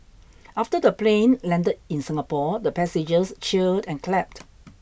after the plane landed in Singapore the passengers cheered and clapped